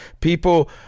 People